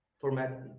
format